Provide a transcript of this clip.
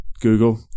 Google